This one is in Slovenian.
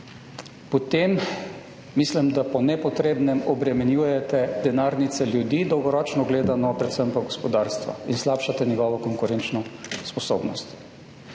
potem mislim, da po nepotrebnem obremenjujete denarnice ljudi dolgoročno gledano, predvsem pa gospodarstva in slabšate njegovo konkurenčno sposobnost.